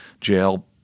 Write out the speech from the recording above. jail